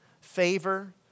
favor